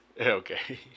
Okay